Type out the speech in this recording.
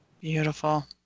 Beautiful